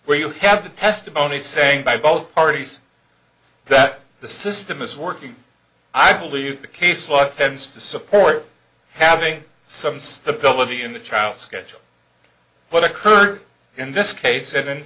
where you have the testimony saying by both parties that the system is working i believe the case law tends to support having some stability in the trial schedule what occurred in this case and in